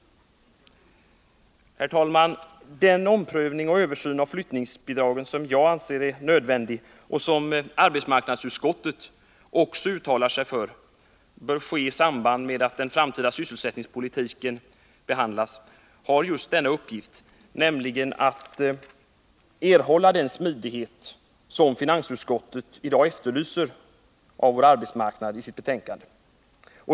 Herr talman! Den framtida omprövning och den översyn av flyttningsbidragen som jag anser vara nödvändiga och som arbetsmarknadsutskottet uttalar sig för bör ske i samband med att den framtida sysselsättningspolitiken behandlas har just till uppgift att eftersträva den smidighet på vår arbetsmarknad som finansutskottet efterlyser i sitt betänkande.